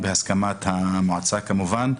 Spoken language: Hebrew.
בהסכמת המועצה כמובן.